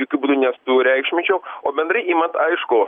jokiu būdu nesureikšminčiau o bendrai imant aišku